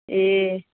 ए